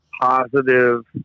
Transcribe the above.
positive